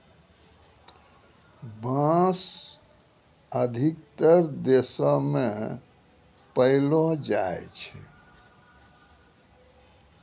बांस अधिकतर देशो म पयलो जाय छै